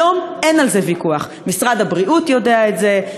היום אין על זה ויכוח: משרד הבריאות יודע את זה,